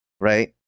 right